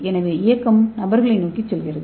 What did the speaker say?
எனவே இயக்கம் நபர்களை நோக்கி செல்கிறது